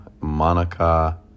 Monica